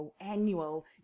annual